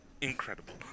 incredible